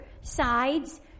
sides